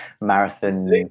Marathon